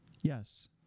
Yes